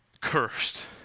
cursed